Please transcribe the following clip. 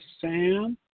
Sam